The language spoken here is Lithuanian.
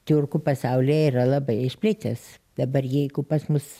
tiurkų pasaulyje yra labai išplitęs dabar jeigu pas mus